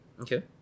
okay